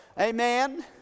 Amen